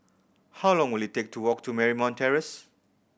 how long will it take to walk to Marymount Terrace